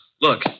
Look